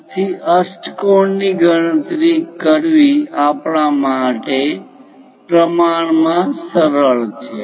ત્યાંથી અષ્ટકોણ ની ગણતરી કરવી આપણા માટે પ્રમાણમાં સરળ છે